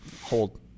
Hold